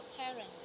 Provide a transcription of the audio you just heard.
parents